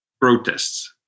protests